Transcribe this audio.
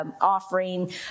offering